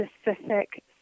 specific